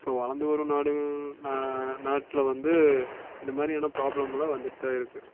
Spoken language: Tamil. ஸோ வளர்ந்து வரும் நாடுகள் ந நாட்டில் வந்து இது மாதிரியான ப்ராப்ளமெல்லாம் வந்துட்டு தான் இருக்குது